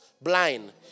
blind